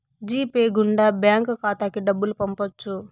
G pay గుండా bank ఖాతాకి డబ్బులు పంపొచ్చు